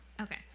Okay